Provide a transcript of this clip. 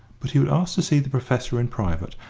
but he would ask to see the professor in private.